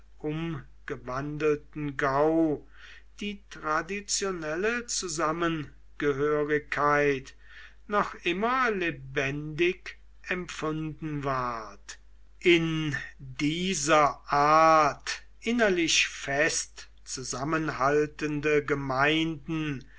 umgewandelten gau die traditionelle zusammengehörigkeit noch immer lebendig empfunden ward in dieser art innerlich fest zusammenhaltende gemeinden